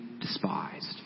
despised